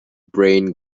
brain